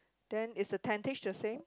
then is the tentage the same